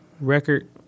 Record